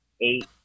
eight